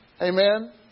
Amen